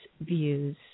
views